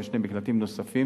ושני מקלטים נוספים